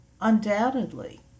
Undoubtedly